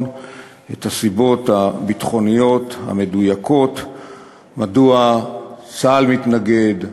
את הסיבות הביטחוניות המדויקות מדוע צה"ל מתנגד,